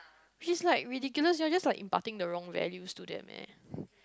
please lah ridiculous you're just like imparting the wrong values to them eh